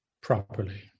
properly